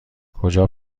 کجا